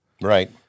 Right